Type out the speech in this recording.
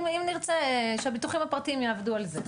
אם נרצה, שהביטוחים הפרטיים יעבדו על זה.